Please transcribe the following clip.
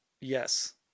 Yes